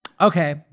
Okay